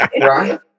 Right